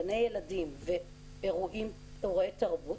גני ילדים ואירועי תרבות.